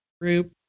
group